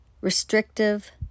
Restrictive